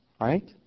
right